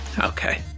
Okay